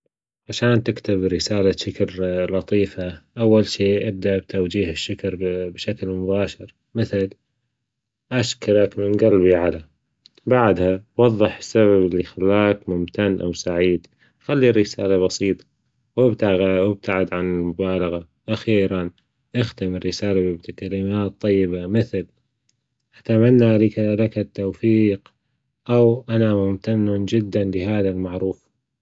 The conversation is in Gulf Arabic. عشان تكتب رسالة شكر لطيفة أول شي إبدأ بتوجيه الشكر بشكل مباشر مثل أشكرك من جلبي على بعدها وضح السبب اللي خلاك ممتن أو سعيد خلي الرسالة بسيطة وإبدأ وإبتعد عن المبالغة ،أخيرا إختم الرسالة بكلمات طيبة مثل أتمنى لك لك التوفيق أو أنا ممتن جدا لهذا المعروف.